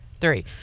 three